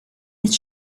his